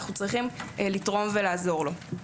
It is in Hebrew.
אנחנו צריכים לתרום ולעזור לו.